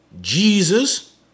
Jesus